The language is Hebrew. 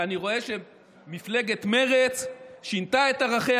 אני רואה שמפלגת מרצ שינתה את ערכיה: